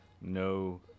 no